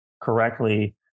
correctly